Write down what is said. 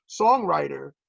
songwriter